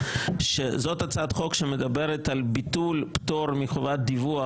שזאת הצעת חוק שמדברת על ביטול פטור מחובת דיווח